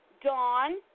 Dawn